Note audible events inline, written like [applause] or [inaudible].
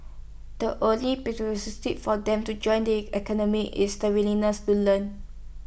the only [unintelligible] for them to join the academy is the willingness to learn